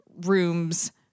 rooms